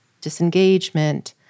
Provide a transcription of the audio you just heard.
disengagement